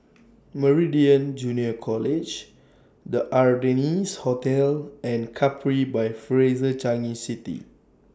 Meridian Junior College The Ardennes Hotel and Capri By Fraser Changi City